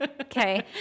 okay